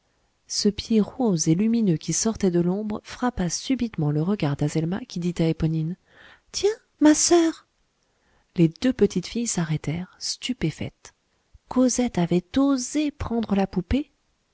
ce pied rose et lumineux qui sortait de l'ombre frappa subitement le regard d'azelma qui dit à éponine tiens ma soeur les deux petites filles s'arrêtèrent stupéfaites cosette avait osé prendre la poupée